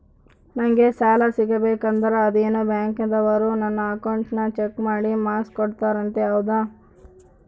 ನಂಗೆ ಸಾಲ ಸಿಗಬೇಕಂದರ ಅದೇನೋ ಬ್ಯಾಂಕನವರು ನನ್ನ ಅಕೌಂಟನ್ನ ಚೆಕ್ ಮಾಡಿ ಮಾರ್ಕ್ಸ್ ಕೋಡ್ತಾರಂತೆ ಹೌದಾ?